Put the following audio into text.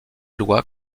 lois